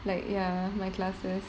like ya my classes